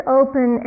open